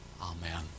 Amen